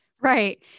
Right